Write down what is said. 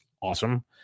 awesome